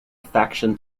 faction